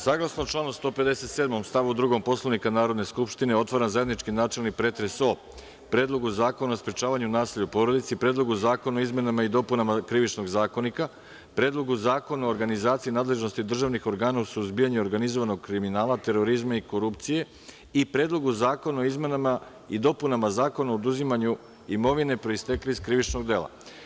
Saglasno članu 157. stavu 2. Poslovnika Narodne skupštine otvaram zajednički načelni pretres o: Predlogu zakona o sprečavanju nasilja u porodici; Predlogu zakona o izmenama i dopunama Krivičnog zakonika; Predlogu zakona o organizaciji nadležnosti državnih organa u suzbijanju organizovanog kriminala, terorizma i korupcije i Predlogu zakona o izmenama i dopunama Zakona o oduzimanju imovine proistekle iz krivičnog dela.